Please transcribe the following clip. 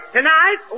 Tonight